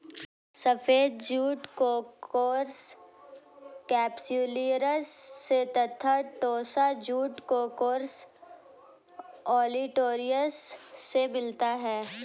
सफ़ेद jute Corchorus capsularis से तथा टोस्सा जूट कोर्कोरस ओलिटोरियस से मिलता है